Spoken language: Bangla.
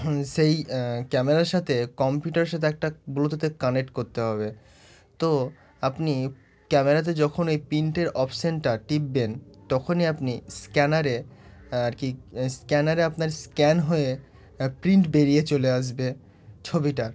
সেই ক্যামেরার সাথে কম্পিউটারের সাথে একটা ব্লুটুথ কানেক্ট করতে হবে তো আপনি ক্যামেরাতে যখন ওই প্রিন্টের অপশানটা টিপবেন তখনই আপনি স্ক্যানারে আর কি স্ক্যানারে আপনার স্ক্যান হয়ে প্রিন্ট বেরিয়ে চলে আসবে ছবিটার